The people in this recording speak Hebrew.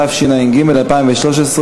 התשע"ג 2013,